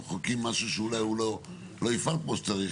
מחוקקים משהו שאולי הוא לא יפעל כמו שצריך